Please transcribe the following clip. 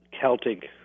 Celtic